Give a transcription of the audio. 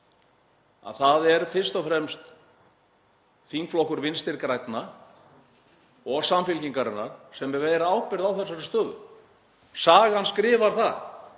að það eru fyrst og fremst þingflokkar Vinstri grænna og Samfylkingarinnar sem bera ábyrgð á þessari stöðu. Sagan skrifar það